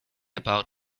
about